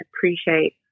appreciate